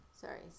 sorry